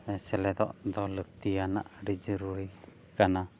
ᱥᱮᱞᱮᱫᱚᱜ ᱫᱚ ᱞᱟᱹᱠᱛᱤᱭᱟᱱᱟᱜ ᱟᱹᱰᱤ ᱡᱟᱹᱨᱩᱨᱤ ᱠᱟᱱᱟ